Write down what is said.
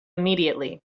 immediately